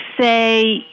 say